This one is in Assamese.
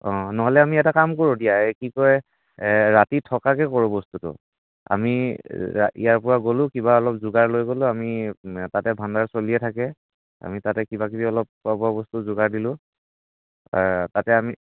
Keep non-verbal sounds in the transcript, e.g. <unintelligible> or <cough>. অঁ নহ'লে আমি এটা কাম কৰোঁ দিয়া এ কি কয় ৰাতি থকাকৈ কৰোঁ বস্তুটো আমি <unintelligible> ইয়াৰ পৰা গ'লো কিবা অলপ যোগাৰ লৈ গ'লো আমি তাতে ভাণ্ডাৰ চলিয়ে থাকে আমি তাতে কিবা কিবি অলপ খোৱা বোৱা বস্তু যোগাৰ দিলোঁ তাতে আমি